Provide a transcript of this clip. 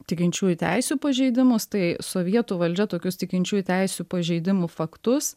tikinčiųjų teisių pažeidimus tai sovietų valdžia tokius tikinčiųjų teisių pažeidimų faktus